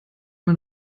man